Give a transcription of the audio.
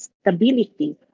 stability